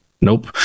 nope